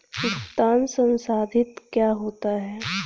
भुगतान संसाधित क्या होता है?